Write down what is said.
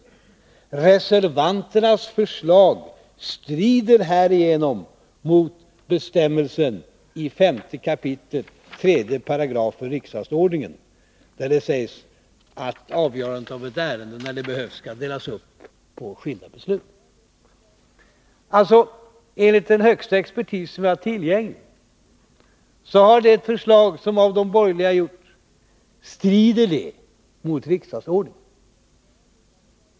Reservanternas förslag strider härigenom även mot den förut redovisade bestämmelsen i 5 kap. 5 § riksdagsordningen.” Enligt den högsta expertis som är tillgänglig strider alltså de borgerligas förslag mot riksdagsordningen.